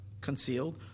concealed